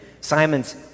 Simon's